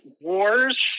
wars